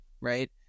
right